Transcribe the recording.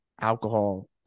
alcohol